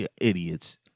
idiots